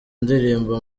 ndirimbo